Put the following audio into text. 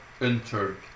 entered